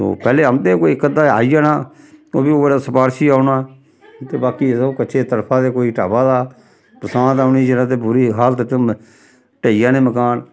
ओह् पैह्ले औंदे हे कोई इक अद्धा आई जाना ओह् बी ओह्कड़ा सपारशी औना इत्थै बाकी सब कच्चे तड़फा दे कोई ढवा दा बरसांत औनी जिसलै ते बुरी हालात ढेई जाने मकान